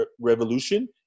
revolution